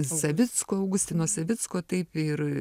savicko augustino savicko taip ir